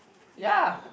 he never